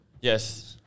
Yes